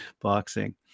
boxing